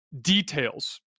details